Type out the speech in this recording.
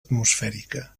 atmosfèrica